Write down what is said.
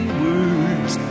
words